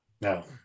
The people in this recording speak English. No